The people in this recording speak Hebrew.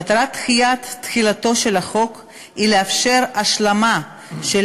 מטרת דחיית תחילתו של החוק היא לאפשר השלמה של